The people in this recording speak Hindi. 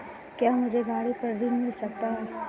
क्या मुझे गाड़ी पर ऋण मिल सकता है?